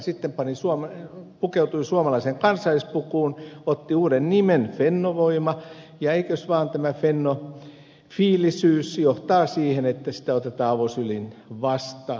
sitten pukeutui suomalaiseen kansallispukuun otti uuden nimen fennovoima ja eikös vaan tämä fennofiilisyys johtaa siihen että se otetaan avosylin vastaan